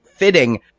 Fitting